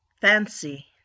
FANCY